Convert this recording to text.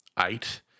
Eight